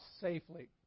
safely